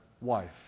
wife